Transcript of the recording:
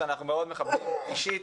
שאנחנו מאוד מכבדים אישית,